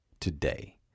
today